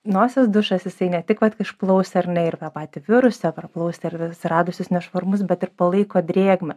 nosies dušas jisai ne tik vat išplaus ar ne ir tą patį virusą praplaus ir atsiradusius nešvarumus bet ir palaiko drėgmę